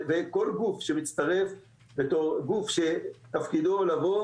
כל גוף שמצטרף בתור גוף שתפקידו לבוא